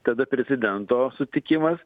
tada prezidento sutikimas